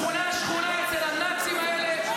שכונה-שכונה אצל הנאצים האלה,